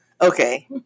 okay